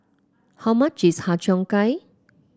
how much is Har Cheong Gai